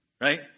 right